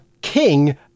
king